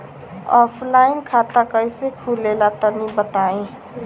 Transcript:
Offline खाता कइसे खुले ला तनि बताई?